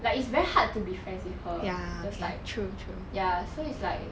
like it's very hard to be friends with her those like ya so it's like